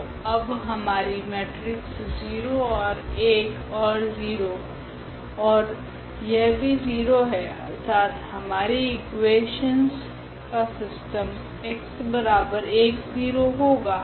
तो अब हमारी मेट्रिक्स 0 ओर 1 ओर 0 ओर यह भी 0 है अर्थात हमारा इकुवेशनस का सिस्टम x10 होगा